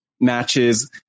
matches